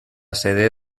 sede